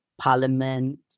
Parliament